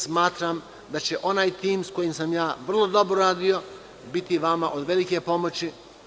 Smatram da će onaj tim sa kojim sa ja vrlo dobro radio biti vama od velike pomoći.